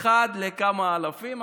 אדם אחד לכמה אלפים.